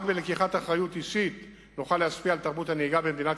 רק בלקיחת אחריות אישית נוכל להשפיע על תרבות הנהיגה במדינת